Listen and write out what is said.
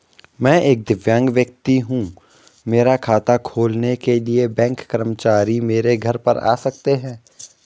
मैं एक दिव्यांग व्यक्ति हूँ मेरा खाता खोलने के लिए बैंक कर्मचारी मेरे घर पर आ सकते हैं?